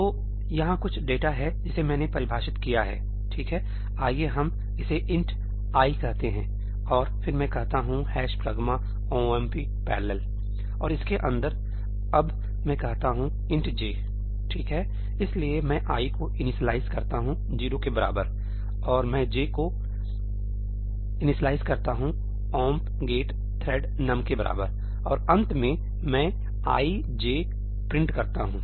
तो यहाँ कुछ डेटा है जिसे मैंने परिभाषित किया है ठीक है आइए हम इसे 'int i' कहते हैं और फिर मैं कहता हूं ' pragma omp parallel' और इसके अंदर अब मैं कहता हूं ' int j ' ठीक है इसलिए मैं i को इनिशियलाइज़ करता हूँ 0 के बराबर और मैं j को इनिशियलाइज़ करता हूँ 'omp get thread num के बराबर और अंत में मैं 'i j' प्रिंट करता हूँ